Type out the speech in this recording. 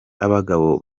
abagabo